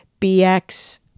bx